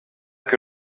que